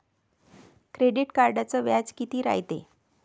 Credit कार्डचं व्याज कितीक रायते?